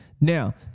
Now